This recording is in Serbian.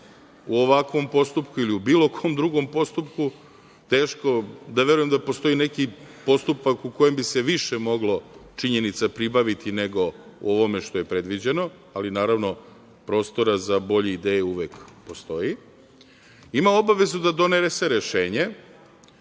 u ovakvom postupku ili u bilo kom drugom postupku teško, da verujem neki postupak u kojem bi se više moglo činjenica pribaviti nego u ovome što je predviđeno, ali naravno prostora za bolje ideje uvek postoji, ima obavezu da donese rešenje